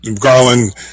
Garland